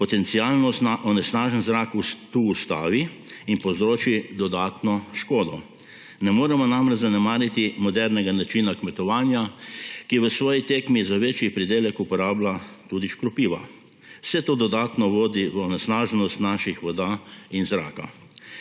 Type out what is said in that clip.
potencialno onesnažen zrak tu ustavi in povzroči dodatno škodo. Ne moremo namreč zanemariti modernega načina kmetovanja, ki v svoji tekmi za večji pridelek uporablja tudi škropiva. Vse to dodatno vodi v onesnaženost naših voda in zraka.